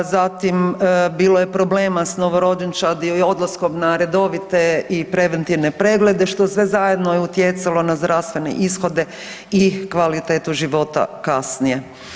Zatim bilo je problem sa novorođenčadi i odlaskom na redovite i preventivne pregleda što sve zajedno je utjecalo na zdravstvene ishode i kvalitetu života kasnije.